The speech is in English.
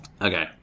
Okay